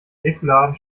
säkularen